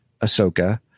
Ahsoka